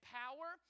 power